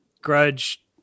Grudge